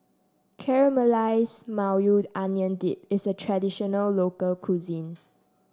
Caramelized Maui Onion Dip is a traditional local cuisine